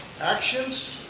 actions